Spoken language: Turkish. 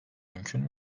mümkün